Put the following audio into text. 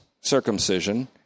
circumcision